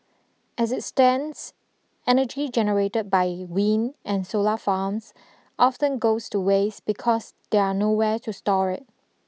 as it stands energy generated by wind and solar farms often goes to waste because there are nowhere to store it